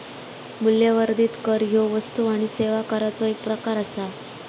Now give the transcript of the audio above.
मूल्यवर्धित कर ह्यो वस्तू आणि सेवा कराचो एक प्रकार आसा